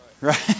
Right